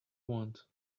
want